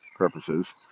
purposes